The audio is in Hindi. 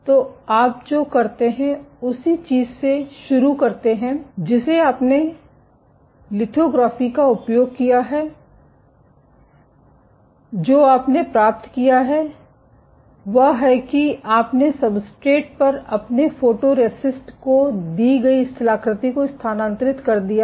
तो आप जो करते हैं उसी चीज से शुरू करते हैं जिसे आपने लिथोग्राफी का उपयोग किया है जो आपने प्राप्त किया है वह है कि आपने सब्सट्रेट पर अपने फोटोरेसिस्ट को दी गई स्थलाकृति को स्थानांतरित कर दिया है